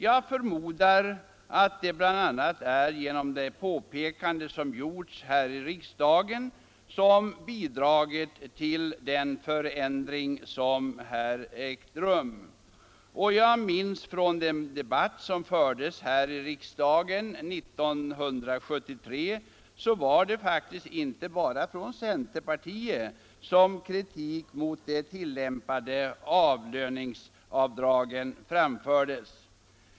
Jag förmodar att det bl.a. är de påpekanden som gjorts här i riksdagen som bidragit till den förändring som ägt rum. Jag minns från den debatt som fördes i riksdagen 1973 att det faktiskt inte bara var från centerpartiet som kritiken mot de tilllämpade avlöningsavdragen framfördes.